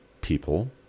people